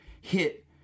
hit